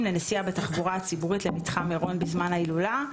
לנסיעה בתחבורה הציבורית למתחם מירון בזמן ההילולה,